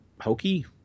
hokey